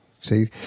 See